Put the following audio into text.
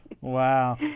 Wow